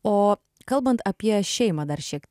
o kalbant apie šeimą dar šiek